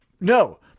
No